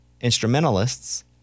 instrumentalists